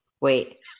Wait